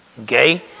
Okay